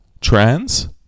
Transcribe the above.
trans